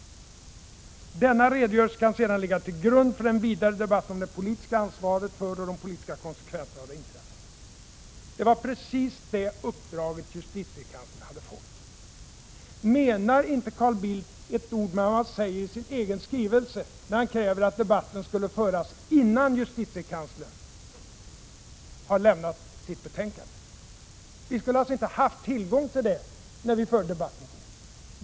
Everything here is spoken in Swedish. Denna redogörelse kan sedan ligga till grund för en vidare debatt om det politiska ansvaret för och de politiska konsekvenserna av det inträffade.” Det var precis det uppdraget justitiekanslern hade fått. Menar inte Carl Bildt ett ord av det han säger i sin skrivelse? Han säger att debatten skulle föras innan JK har lämnat sitt betänkande. Vi skulle alltså inte ha haft tillgång till det när vi förde debatten.